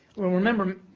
well, remember,